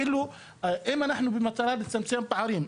אם אנחנו במטרה לצמצם פערים,